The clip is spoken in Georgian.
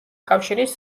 კავშირის